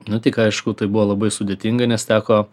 nu tik aišku tai buvo labai sudėtinga nes teko